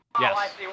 Yes